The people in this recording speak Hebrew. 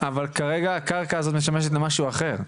כרגע הקרקע הזו משמשת למשהו אחר,